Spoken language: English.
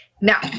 Now